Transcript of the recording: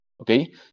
okay